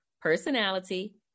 personality